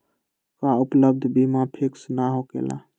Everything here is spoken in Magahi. का उपलब्ध बीमा फिक्स न होकेला?